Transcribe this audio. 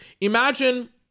Imagine